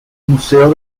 museo